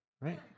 Right